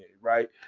Right